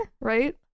right